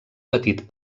petit